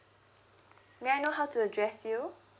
may I know how to address you